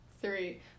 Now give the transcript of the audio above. three